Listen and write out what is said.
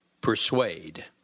Persuade